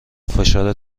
فشار